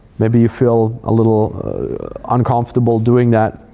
maybe you feel a little uncomfortable doing that.